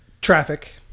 Traffic